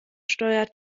steuert